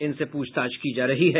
जिनसे पूछताछ की जा रही है